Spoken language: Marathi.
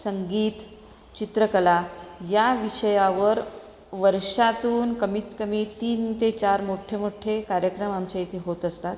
संगीत चित्रकला ह्या विषयावर वर्षातून कमीतकमी तीन ते चार मोठे मोठे कार्यक्रम आमच्या इथे होत असतात